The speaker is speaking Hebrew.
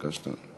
ביקשת.